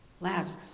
Lazarus